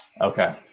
Okay